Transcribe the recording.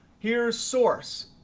here's source.